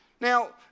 Now